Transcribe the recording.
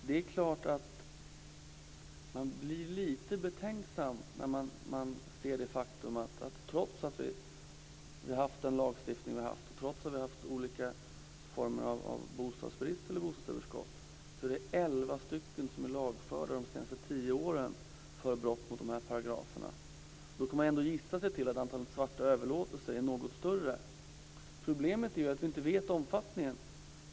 Herr talman! Man blir lite betänksam av det faktum att trots att vi har haft en lagstiftning och olika former av bostadsbrist och bostadsöverskott är det elva stycken som har blivit lagförda under de senaste tio åren för brott mot dessa paragrafer. Då kan man ändå gissa sig till att antalet svarta överlåtelser är något större. Problemet är att vi inte vet omfattningen.